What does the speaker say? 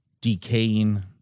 decaying